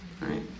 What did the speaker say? right